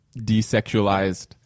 desexualized